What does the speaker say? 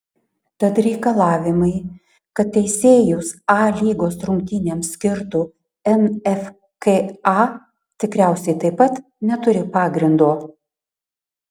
tad reikalavimai kad teisėjus a lygos rungtynėms skirtų nfka tikriausiai taip pat neturi pagrindo